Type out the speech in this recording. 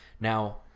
now